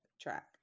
track